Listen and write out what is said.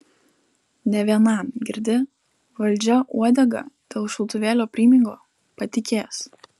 ne vienam girdi valdžia uodegą dėl šautuvėlio primygo patikės